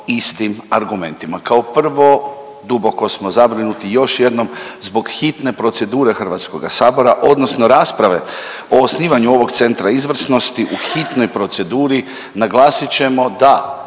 istim argumentima. Kao prvo, duboko smo zabrinuti još jednom zbog hitne procedure HS-a odnosno rasprave o osnivanju ovog Centra izvrsnosti u hitnoj proceduri. Naglasit ćemo da